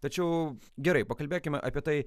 tačiau gerai pakalbėkime apie tai